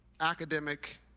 academic